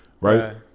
right